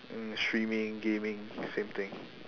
um streaming gaming same thing